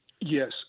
Yes